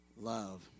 love